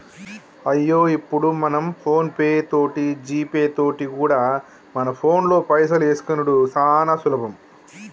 అయ్యో ఇప్పుడు మనం ఫోన్ పే తోటి జీపే తోటి కూడా మన ఫోన్లో పైసలు వేసుకునిడు సానా సులభం